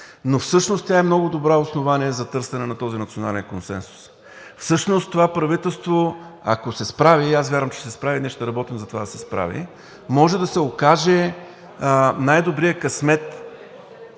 но всъщност тя е много добро основание за търсене на този национален консенсус. Всъщност това правителство, ако се справи, и аз вярвам, че ще се справи – ние ще работим за това да се справи, може да се окаже най-добрият късмет,